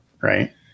right